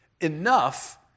enough